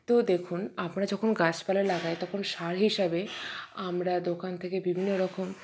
তো দেখুন আমরা যখন গাছপালা লাগাই তখন সার হিসাবে আমরা দোকান থেকে বিভিন্ন রকম